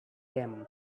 them